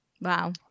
Wow